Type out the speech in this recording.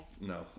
No